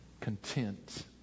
Content